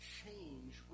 change